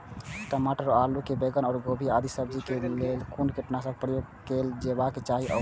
टमाटर और आलू और बैंगन और गोभी आदि सब्जी केय लेल कुन कीटनाशक प्रयोग कैल जेबाक चाहि आ कोना?